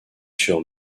sur